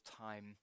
time